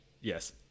Yes